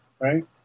right